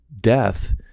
death